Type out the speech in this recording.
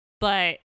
But-